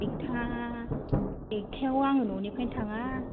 एक्था एक्थायाव आं न'निफ्रायनो थाङा